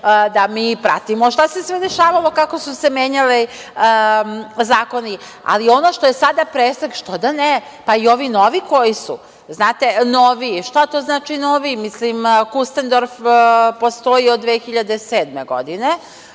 da mi pratimo šta se sve dešavalo, kako su se menjali zakoni, ali ono što je sada presek što da ne? Pa, i ovi novi koji su noviji. Šta to znači noviji? Mislim „Kustendorf“ postoji od 2007. godine,